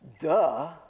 Duh